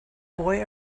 boy